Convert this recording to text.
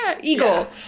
eagle